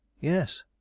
Yes